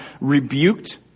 rebuked